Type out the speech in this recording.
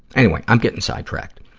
anyway, i'm getting sidetracked.